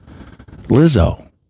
Lizzo